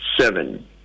seven